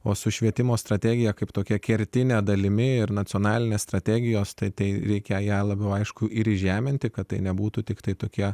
o su švietimo strategija kaip tokia kertine dalimi ir nacionalinės strategijos tai reikia ją labiau aišku ir įžeminti kad tai nebūtų tiktai tokie